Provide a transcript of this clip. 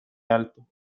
alto